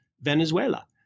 Venezuela